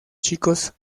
chicos